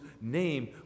name